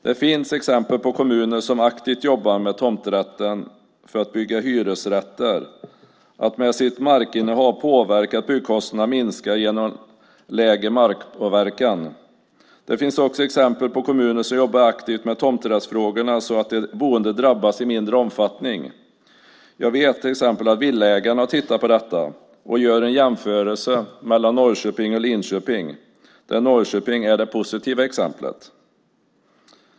Det finns exempel på kommuner som aktivt jobbar med tomträtten för att bygga hyresrätter och som med sitt markinnehav påverkar att byggkostnaderna minskar genom lägre markpåverkan. Det finns också exempel på kommuner som jobbar aktivt med tomträttsfrågorna så att de boende drabbas i mindre omfattning. Jag vet att till exempel Villaägarna har tittat på detta och gjort en jämförelse mellan Norrköping och Linköping, där Norrköping är det positiva exemplet.